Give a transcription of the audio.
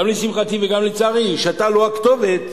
גם לשמחתי וגם לצערי אתה לא הכתובת,